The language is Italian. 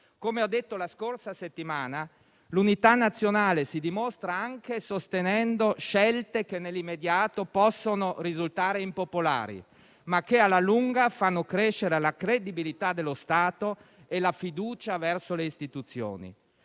Come ho detto la scorsa settimana, l'unità nazionale si dimostra anche sostenendo scelte che nell'immediato possono risultare impopolari, ma che alla lunga fanno crescere la credibilità dello Stato e la fiducia verso le istituzioni.